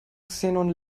xenon